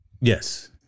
Yes